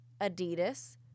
Adidas